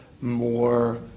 more